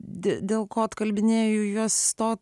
dėl ko atkalbinėju juos to